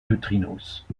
neutrinos